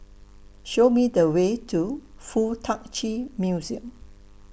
Show Me The Way to Fuk Tak Chi Museum